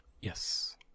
Yes